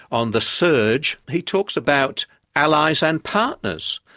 on the surge, he talks about allies and partners,